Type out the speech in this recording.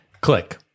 Click